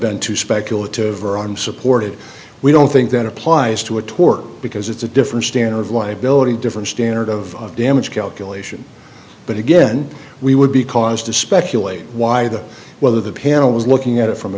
been too speculative or arm supported we don't think that applies to a tort because it's a different standard of liability different standard of damage calculation but again we would be cause to speculate why the whether the panel was looking at it from a